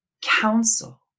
counsel